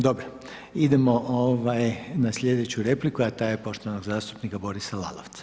Dobro, idemo na sljedeću repliku a ta je poštovanog zastupnika Borisa Lalovca.